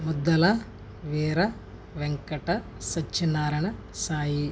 Muddala Veera Venkata Satyanarayana Sai